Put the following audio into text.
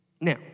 Now